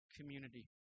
community